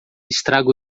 estraga